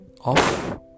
off